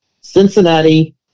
Cincinnati